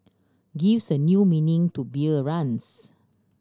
gives a new meaning to beer runs